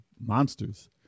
monsters